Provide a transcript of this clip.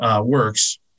works